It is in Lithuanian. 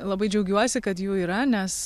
labai džiaugiuosi kad jų yra nes